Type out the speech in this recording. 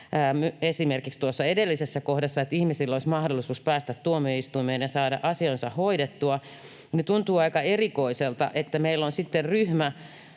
esimerkiksi tuossa edellisessä kohdassa siitä, että ihmisillä olisi mahdollisuus päästä tuomioistuimeen ja saada asiansa hoidettua — niin tuntuu aika erikoiselta, että meillä on sitten ryhmä